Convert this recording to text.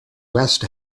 west